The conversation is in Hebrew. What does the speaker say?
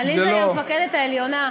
זה לא, עליזה היא המפקדת העליונה.